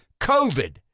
COVID